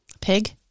pig